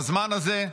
בזמן הזה,